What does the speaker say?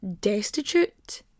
destitute